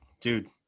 Dude